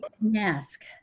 Mask